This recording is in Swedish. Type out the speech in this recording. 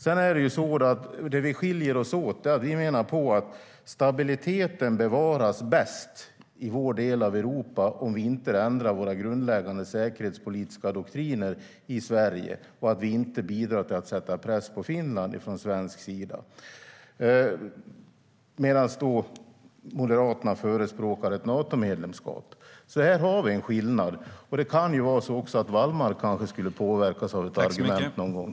Vi socialdemokrater skiljer oss från Moderaterna genom att vi menar att stabiliteten i vår del av Europa bevaras bäst genom att vi inte ändrar våra grundläggande säkerhetspolitiska doktriner i Sverige och genom att vi inte bidrar till att sätta press på Finland från svensk sida. Moderaterna förespråkar i stället ett Natomedlemskap. Här har vi en skillnad. Det kan också vara på det sättet att Wallmark kanske skulle påverkas av ett argument någon gång.